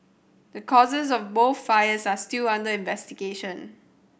the causes of both fires are still under investigation